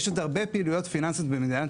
יש שעוד הרבה פעילויות פיננסיות במדינת